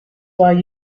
why